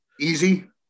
easy